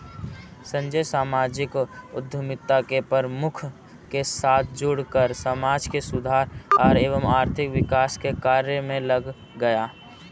संजय सामाजिक उद्यमिता के प्रमुख के साथ जुड़कर समाज सुधार एवं आर्थिक विकास के कार्य मे लग गया